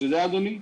אתה יודע, אדוני?